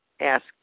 ask